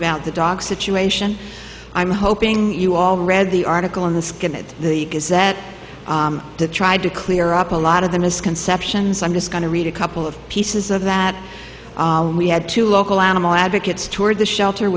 about the dog situation i'm hoping you all read the article in the skim it is that to try to clear up a lot of the misconceptions i'm just going to read a couple of pieces of that we had two local animal advocates toured the shelter